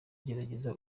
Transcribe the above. gerageza